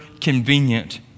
convenient